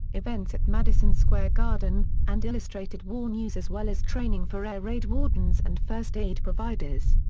events at madison square garden, and illustrated war news as well as training for air raid wardens and first aid providers.